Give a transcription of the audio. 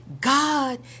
God